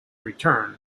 return